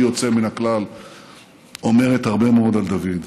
יוצא מן הכלל אומרת הרבה מאוד על דוד.